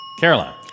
Caroline